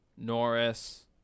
Norris